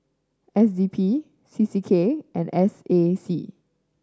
S D P C C K and S A C